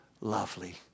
lovely